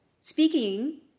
speaking